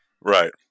Right